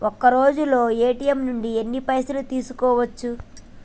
ఒక్కరోజులో ఏ.టి.ఎమ్ నుంచి ఎన్ని పైసలు తీసుకోవచ్చు?